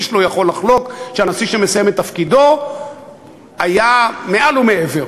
איש לא יכול לחלוק על כך שהנשיא שמסיים את תפקידו היה מעל ומעבר.